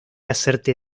hacerte